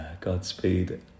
Godspeed